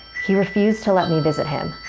he refused to let me visit him.